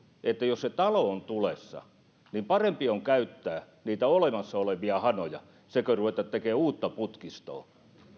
että jos talo on tulessa niin parempi on käyttää olemassa olevia hanoja kuin ruveta tekemään uutta putkistoa